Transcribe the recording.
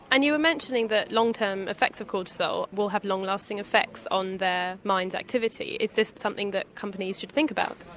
and you were mentioning that long-term effects of cortisol will have long-lasting effects on their minds' activity. is this something that companies should think about?